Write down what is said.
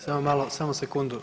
Samo malo, samo sekundu.